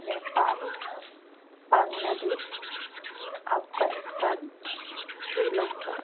Nepal Bangladesh Afghanistan Sri Lanka